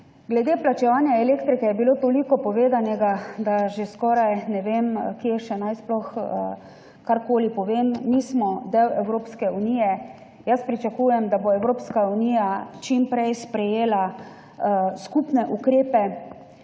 Glede plačevanja elektrike je bilo toliko povedanega, da že skoraj ne vem, kaj še naj sploh povem. Mi smo del Evropske unije. Jaz pričakujem, da bo Evropska unija čim prej sprejela skupne ukrepe,